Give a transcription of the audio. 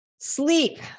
Sleep